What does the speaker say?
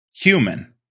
human